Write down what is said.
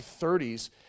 30s